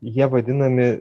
jie vadinami